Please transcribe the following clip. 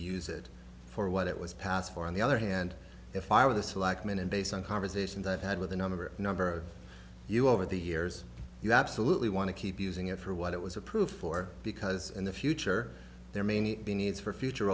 use it for what it was passed for on the other hand if i were the selectmen and based on conversations i've had with a number of number you over the years you absolutely want to keep using it for what it was approved for because in the future there may be needs for future